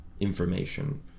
information